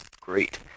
great